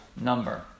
number